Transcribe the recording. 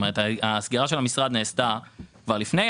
הסגירה של המשרד נעשתה כבר לפני.